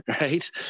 right